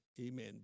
amen